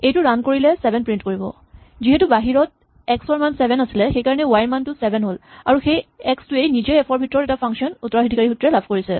এইটো ৰান কৰিলে চেভেন প্ৰিন্ট কৰিব যিহেতু বাহিৰত এক্স ৰ মান চেভেন আছিলে সেইকাৰণে ৱাই ৰ মানটো চেভেন হ'ল আৰু সেই এক্স টোৱে নিজেই এফ ভিতৰৰ পৰা এটা ফাংচন উত্তৰাধিকাৰী সূত্ৰে লাভ কৰিছে